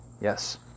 yes